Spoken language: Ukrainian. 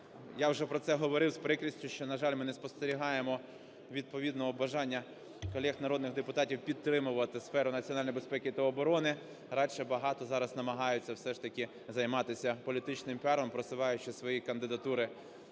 Я вже про це говорив з прикрістю, що, на жаль, ми не спостерігаємо відповідного бажання колег народних депутатів підтримувати сферу національної безпеки та оборони. Радше багато зараз намагається все ж таки займатися політичним піаром, просуваючи свої кандидатури